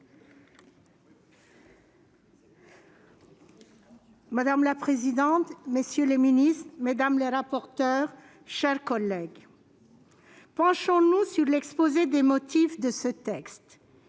Madame la présidente, messieurs les ministres, mes chers collègues, penchons-nous sur l'exposé des motifs de ce texte.